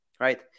Right